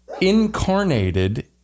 Incarnated